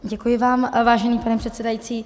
Děkuji vám, vážený pane předsedající.